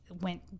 went